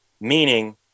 Meaning